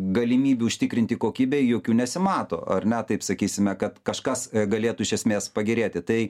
galimybių užtikrinti kokybę jokių nesimato ar ne taip sakysime kad kažkas galėtų iš esmės pagerėti tai